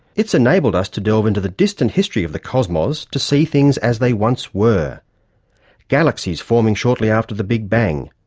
it's enabled us to delve into the distant history of the cosmos to see things as they once were galaxies forming shortly after the big bang,